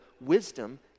wisdom